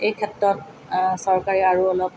এই ক্ষেত্ৰত চৰকাৰে আৰু অলপ